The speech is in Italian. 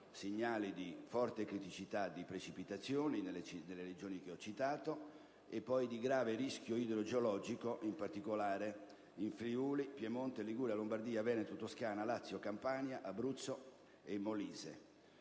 segnali di forte criticità di precipitazioni nelle regioni che ho citato e poi di grave rischio idrogeologico, in particolare in Friuli, Piemonte, Liguria, Lombardia, Veneto, Toscana, Lazio, Campania, Abruzzo e Molise.